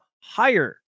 higher